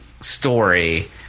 story